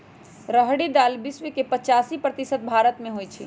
रहरी दाल विश्व के पचासी प्रतिशत भारतमें होइ छइ